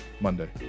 monday